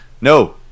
No